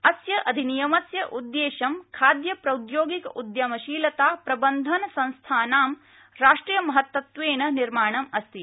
अस्य अधिनियमस्य उद्देश्यं खाद्यप्रौद्योगिक उद्यमशीलता प्रबन्धनसंस्थानानां राष्ट्रियमहत्त्वत्वेन निर्माणम् अस्ति